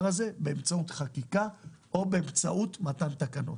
הזה באמצעות חקיקה או באמצעות מתן תקנות.